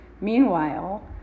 Meanwhile